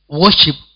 worship